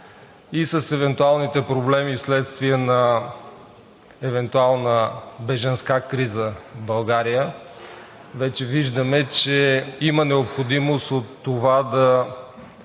и с евентуалните проблеми вследствие на евентуална бежанска криза в България. Вече виждаме, че има необходимост от това да